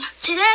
Today